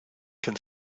can